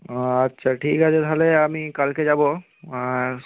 আচ্ছা ঠিক আছে তাহলে আমি কালকে যাব আর